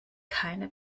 keine